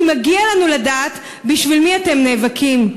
כי מגיע לנו לדעת בשביל מי אתם נאבקים,